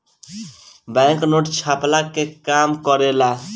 bank note छ्पला के काम करेला